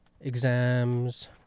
exams